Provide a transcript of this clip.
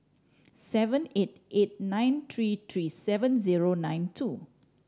seven eight eight nine three three seven zero nine two